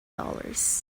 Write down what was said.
dollars